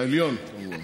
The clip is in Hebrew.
העליון, כמובן.